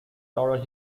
laurel